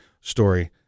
story